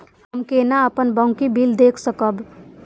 हम केना अपन बाँकी बिल देख सकब?